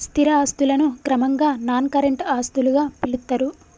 స్థిర ఆస్తులను క్రమంగా నాన్ కరెంట్ ఆస్తులుగా పిలుత్తరు